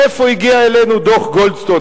מאיפה הגיע אלינו דוח-גולדסטון?